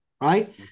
right